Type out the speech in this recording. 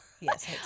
Yes